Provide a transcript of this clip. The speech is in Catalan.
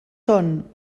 són